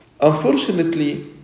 Unfortunately